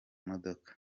modoka